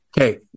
Okay